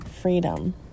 freedom